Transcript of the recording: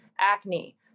acne